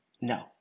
No